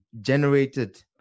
generated